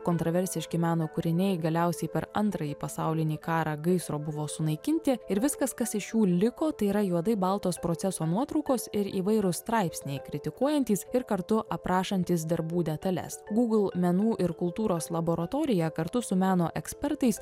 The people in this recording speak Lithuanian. kontroversiški meno kūriniai galiausiai per antrąjį pasaulinį karą gaisro buvo sunaikinti ir viskas kas iš jų liko tai yra juodai baltos proceso nuotraukos ir įvairūs straipsniai kritikuojantys ir kartu aprašantys darbų detales google menų ir kultūros laboratorija kartu su meno ekspertais